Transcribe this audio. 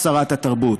שרת התרבות,